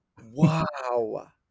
wow